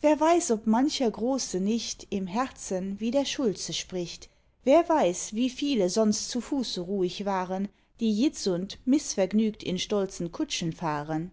wer weiß ob mancher große nicht im herzen wie der schulze spricht wer weiß wie viele sonst zu fuße ruhig waren die itzund mißvergnügt in stolzen kutschen fahren